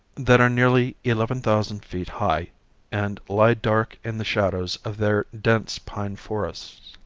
that are nearly eleven thousand feet high and lie dark in the shadows of their dense pine forests.